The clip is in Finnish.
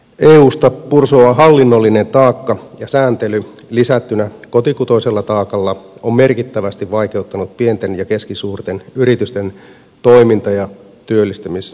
eusta pursuava hallinnollinen taakka ja sääntely lisättynä kotikutoisella taakalla on merkittävästi vaikeuttanut pienten ja keskisuurten yritysten toiminta ja työllistämisedellytyksiä